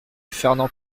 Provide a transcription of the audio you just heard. fernand